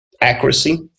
accuracy